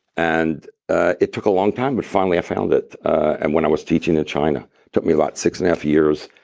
and ah it took a long time, but finally i found it, and when i was teaching in china. took me about six and a half years.